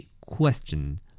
question